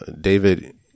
David